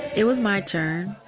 it was my turn.